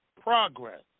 Progress